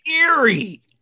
Eerie